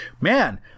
man